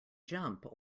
jump